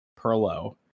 Perlo